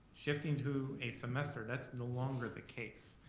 shifting to a semester, that's no longer the case.